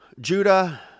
Judah